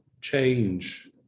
change